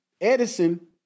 Edison